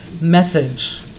message